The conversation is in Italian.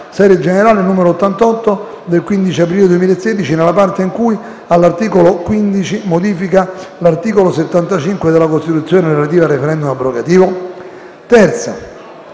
serie generale n. 88 del 15 aprile 2016, nella parte in cui, all'articolo 15, modifica l'articolo 75 della Costituzione relativo al *referendum* abrogativo?».